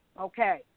Okay